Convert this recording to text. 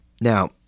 Now